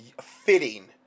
fitting